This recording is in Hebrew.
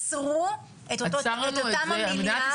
עצרו את אותם המיליארדים.